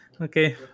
Okay